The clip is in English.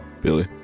Billy